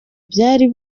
byari